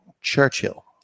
Churchill